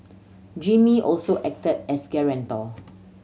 Jimmy also acted as guarantor